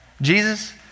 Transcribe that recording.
Jesus